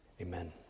Amen